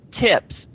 tips